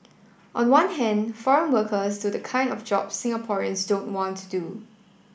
on one hand foreign workers do the kind of jobs Singaporeans don't want to do